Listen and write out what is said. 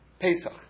Pesach